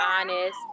honest